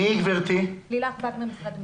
אני ממשרד המשפטים.